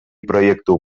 proiektu